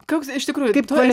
koks iš tikrųjų kaip toli